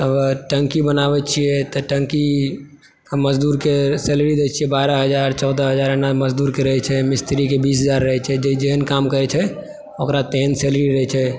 तकर बाद टंकी बनाबै छियै तऽ टंकी आ मज़दूर के सैलरी दै छियै बारह हज़ार चौदह हजार एन मज़दूर के रहै छै मिस्त्री के बीस हजार रहै छै जे जेहन काम करै छै ओकरा तेहन सैलरी रहै छै